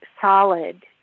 solid